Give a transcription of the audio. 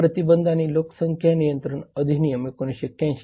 हवा प्रतिबंध आणि लोकसंख्या नियंत्रण अधिनियम 1981